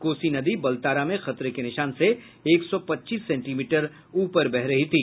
कोसी नदी बलतारा में खतरे के निशान से एक सौ पच्चीस सेंटीमीटर ऊपर बह रही थी